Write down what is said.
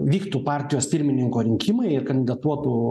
vyktų partijos pirmininko rinkimai ir kandidatuotų